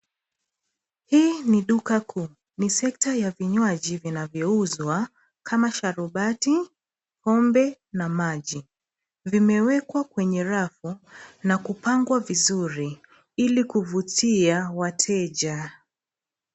Hii ni duka kuu. Ni sekta ya vinywaji vinavyouzwa kama sharubati, pombe, na maji. Vimewekwa kwenye rafu na kupangwa vizuri, ili kuvutia wateja.